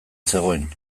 zegoen